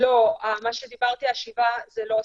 לא, מה שאמרתי השבעה זה לא סניפים,